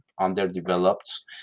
underdeveloped